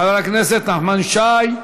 חבר הכנסת נחמן שי,